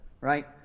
right